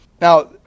Now